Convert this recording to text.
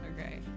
Okay